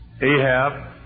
Ahab